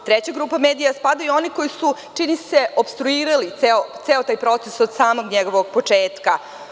U treću grupu medija spadaju oni koji su, čini se, opstruirali ceo taj proces od samog njegovog početka.